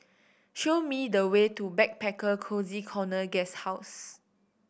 show me the way to Backpacker Cozy Corner Guesthouse